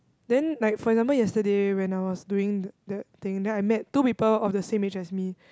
then like for example yesterday when I was doing that thing then I met two people of the same age as me